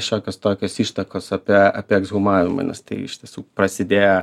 šiokios tokios ištakos apie apie ekshumavimą nes tai iš tiesų prasidėjo